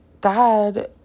God